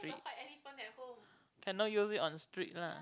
I not use it on street lah